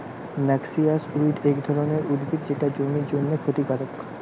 noxious weed এক ধরণের উদ্ভিদ যেটা জমির জন্যে ক্ষতিকারক